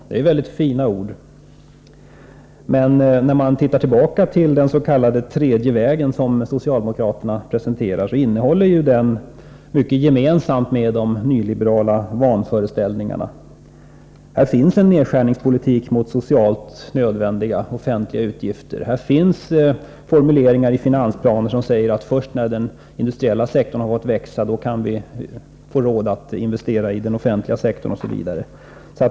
Det är väldigt fina ord, men när man ser tillbaka på den s.k. tredje vägen, som socialdemokraterna presenterar, finner man att den har mycket gemensamt med de nyliberala vanföreställningarna. Här finns en nedskärningspolitik i fråga om socialt nödvändiga offentliga utgifter, här finns formuleringar i finansplaner som säger att först när den industriella sektorn har fått växa kan vi få råd att investera i den offentliga sektorn osv.